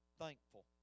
thankful